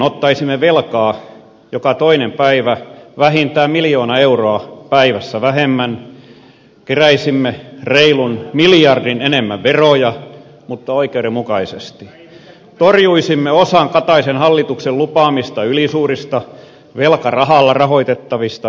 ottaisimme velkaa joka toinen päivä vähintään miljoona euroa päivässä vähemmän keräisimme reilun miljardin enemmän veroja mutta oikeudenmukaisesti torjuisimme osan kataisen hallituksen lupaamista ylisuurista velkarahalla rahoitettavista veronkevennyksistä